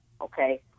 Okay